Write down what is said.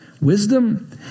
Wisdom